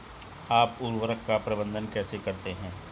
आप उर्वरक का प्रबंधन कैसे करते हैं?